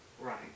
Right